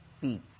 feet